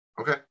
Okay